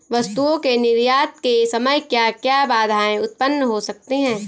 वस्तुओं के निर्यात के समय क्या क्या बाधाएं उत्पन्न हो सकती हैं?